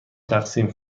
تقسیم